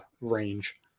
range